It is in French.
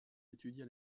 étudia